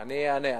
אני אענה.